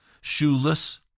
Shoeless